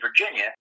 Virginia